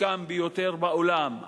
המתוחכם ביותר בעולם,